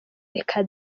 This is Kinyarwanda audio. reka